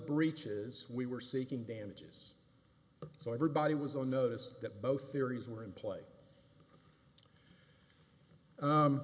breaches we were seeking damages so everybody was on notice that both series were in pla